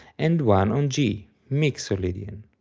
and one on g, mixolydian.